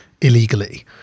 illegally